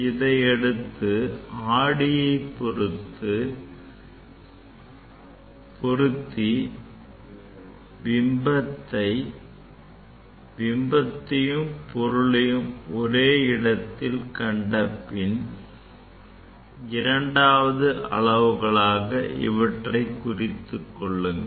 இதனையடுத்து ஆடியை பொருத்தி பிம்பத்தையும் பொருளையும் ஒரே இடத்தில் கண்டபின் இரண்டாவது அளவுகளாக இவற்றை குறித்துக்கொள்ளுங்கள்